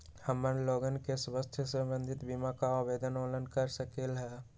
हमन लोगन के स्वास्थ्य संबंधित बिमा का आवेदन ऑनलाइन कर सकेला?